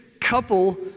couple